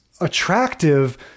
attractive